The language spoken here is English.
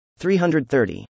330